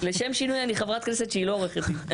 לשם שינוי אני חברת כנסת שהיא לא עורכת דין.